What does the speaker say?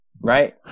right